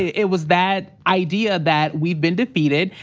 it was that idea that we've been defeated.